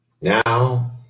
Now